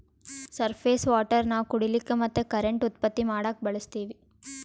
surface water ನಾವ್ ಕುಡಿಲಿಕ್ಕ ಮತ್ತ್ ಕರೆಂಟ್ ಉತ್ಪತ್ತಿ ಮಾಡಕ್ಕಾ ಬಳಸ್ತೀವಿ